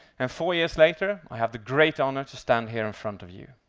and four years later, i have the great honour to stand here in front of you.